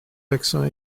accent